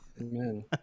amen